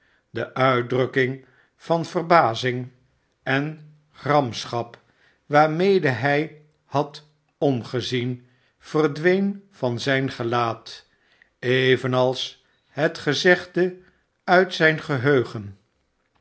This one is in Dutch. de mtdrukking van verbazing en gramschap waarmede hij hadomgezien verdween van zijn gelaat evenals het gezegde uit zijn eheugen